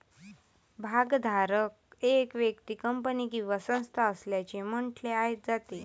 भागधारक एक व्यक्ती, कंपनी किंवा संस्था असल्याचे म्हटले जाते